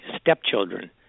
stepchildren